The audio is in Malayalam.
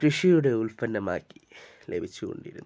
കൃഷിയുടെ ഉൽപ്പന്നമാക്കി ലഭിച്ചു കൊണ്ടിരുന്നു